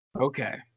Okay